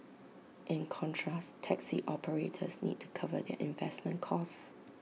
in contrast taxi operators need to cover their investment costs